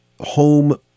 home